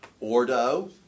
Ordo